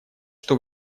что